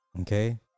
Okay